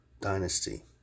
dynasty